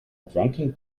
drunken